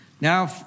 Now